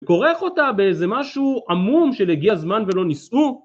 כורך אותה באיזה משהו עמום של הגיע הזמן ולא נישאו